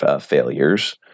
failures